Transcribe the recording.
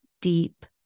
deep